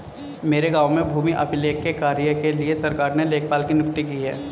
मेरे गांव में भूमि अभिलेख के कार्य के लिए सरकार ने लेखपाल की नियुक्ति की है